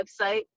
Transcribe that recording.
website